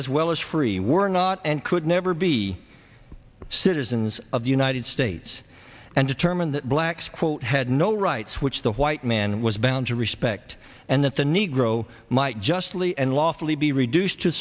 as well as free were not and could never be citizens of the united states and determined that blacks quote had no rights which the white man was bound to respect and that the negro might justly and lawfully be reduced to